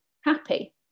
happy